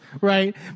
right